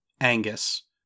Angus